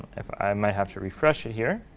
i might have to refresh it here.